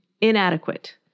inadequate